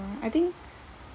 uh I think